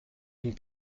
une